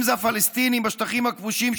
אם זה הפלסטינים בשטחים הכבושים,